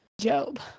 Job